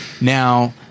Now